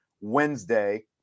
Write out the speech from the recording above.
Wednesday